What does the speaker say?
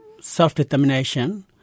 self-determination